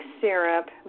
syrup